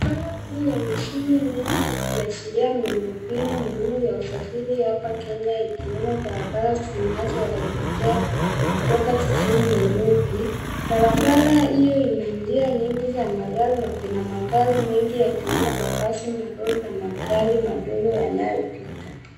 Barabara kuu yenye shughuli nyingi ikiashiria miundo mbinu muhimu ya usafiri hapa Kenya ikiwemo barabara zinazoelekea kutoka jijini Nairobi, barabara hio ina njia nyingi za magari na kuna magari mengi yakiwemo mabasi, malori na magari madogo yanayopita.